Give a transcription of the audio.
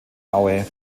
aue